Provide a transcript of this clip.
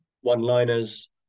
one-liners